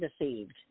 deceived